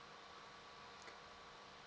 okay